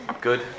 good